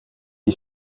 die